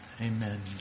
Amen